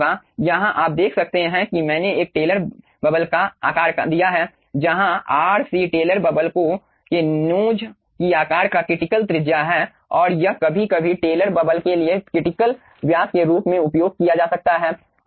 यहाँ आप देख सकते हैं कि मैंने एक टेलर बबल आकार दिया है जहाँ आर सी टेलर बबल के नोज की आकार का क्रिटिकल त्रिज्या है और यह कभी कभी टेलर बबल के लिए क्रिटिकल व्यास के रूप में उपयोग किया जा सकता है